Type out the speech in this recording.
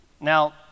Now